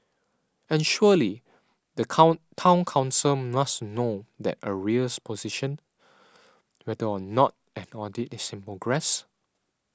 and surely the come Town Council must know the arrears position whether or not an audit is in progress